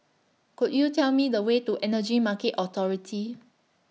Could YOU Tell Me The Way to Energy Market Authority